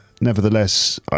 nevertheless